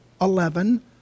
eleven